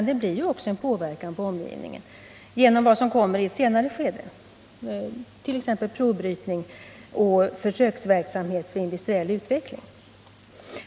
Det blir också en påverkan på omgivningen genom vad som kommer i ett senare skede, t. ex, provbrytning och försöksverksamhet för industriell utveckling.